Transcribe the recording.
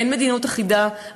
אין מדיניות אחידה,